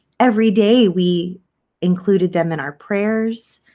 every day, we included them in our prayers.